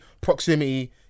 proximity